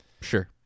Sure